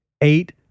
Eight